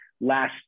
last